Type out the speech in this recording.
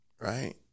right